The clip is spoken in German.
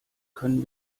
können